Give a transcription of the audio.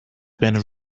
been